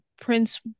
Prince